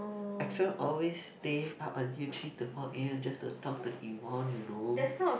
Axel always stay up until three to four a_m just to talk to Yvonne you know